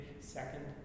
second